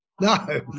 No